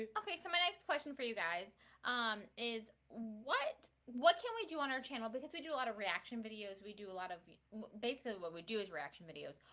okay, so my next question for you guys um is what what can we do on our channel? because we do a lot of reaction videos we do a lot of you basically what we do is reaction videos.